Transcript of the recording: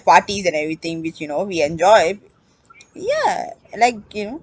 parties and everything which you know we enjoy ya like k~